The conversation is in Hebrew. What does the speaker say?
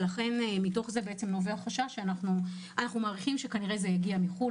מתוך זה אנחנו מעריכים שזה, כנראה, הגיע מחו"ל.